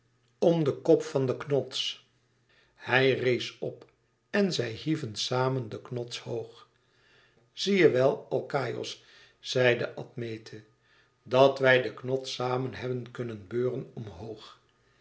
om den kop van den knots hij rees op en zij hieven samen den knots hoog zie je wel alkaïos zeide admete dat wij den knots sàmen hebben kunnen beuren omhoog